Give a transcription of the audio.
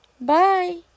Bye